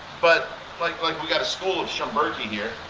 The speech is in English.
but like like we got a school of schomburgki here.